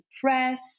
press